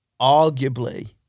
arguably